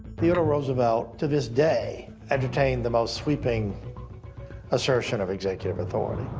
theodore roosevelt, to this day, entertained the most sweeping assertion of executive authority.